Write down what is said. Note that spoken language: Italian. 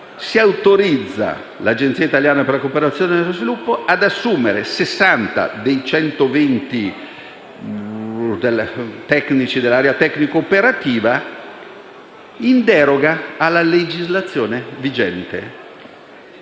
un'autorizzazione all'Agenzia italiana per la cooperazione allo sviluppo ad assumere 60 dei 120 tecnici dell'area tecnico-operativa, in deroga alla legislazione vigente.